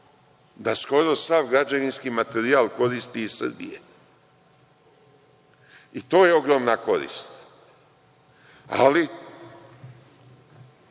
da skoro sav građevinski materijal koristi iz Srbije. To je ogromna korist, ali